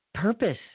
Purpose